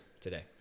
today